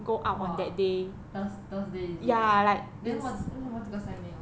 !wah! thurs~ thursday is it then what 为什么这个 sem 没有 leh